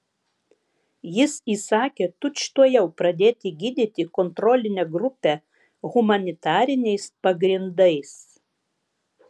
jis įsakė tučtuojau pradėti gydyti kontrolinę grupę humanitariniais pagrindais